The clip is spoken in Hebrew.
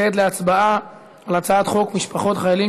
להצבעה על הצעת חוק משפחות חיילים